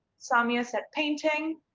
samya said painting.